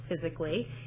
physically